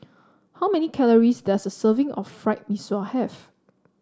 how many calories does a serving of Fried Mee Sua have